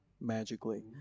magically